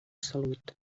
salut